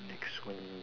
next one